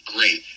Great